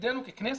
תפקידינו ככנסת,